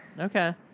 okay